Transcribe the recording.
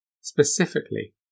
specifically